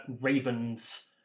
raven's